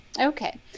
Okay